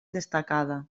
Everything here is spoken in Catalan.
destacada